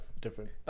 different